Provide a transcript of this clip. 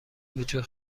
وجود